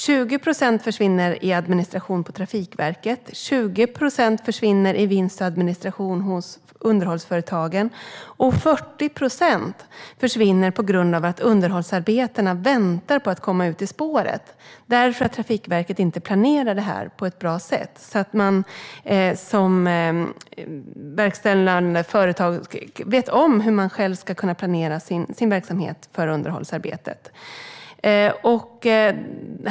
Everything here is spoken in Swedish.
20 procent försvinner i administration på Trafikverket, 20 procent försvinner i vinst och administration hos underhållsföretagen, och 40 procent försvinner på grund av att underhållsarbetarna väntar på att komma ut i spår eftersom Trafikverket inte planerar det här på ett bra sätt så att det verkställande företaget i sin tur kan planera sin verksamhet för underhållsarbetet.